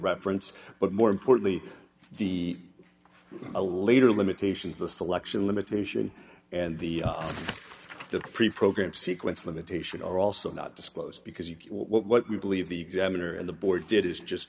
reference but more importantly the a later limitations the selection limitation and the pre programmed sequence limitation are also not disclosed because you get what you believe the examiner and the board did is just